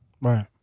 Right